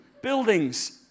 buildings